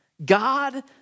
God